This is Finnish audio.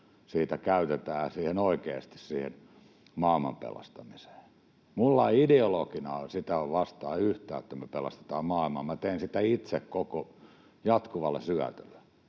siitä käytetään oikeasti siihen maailman pelastamiseen. Minulla ideologiana ei ole sitä vastaan yhtään, että me pelastetaan maailmaa. Minä teen sitä itse jatkuvalla syötöllä.